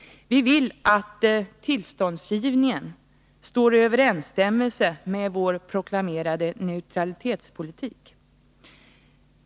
Vi vill att tillståndsgivningen står i överensstämmelse med vår proklamerade neutralitetspolitik.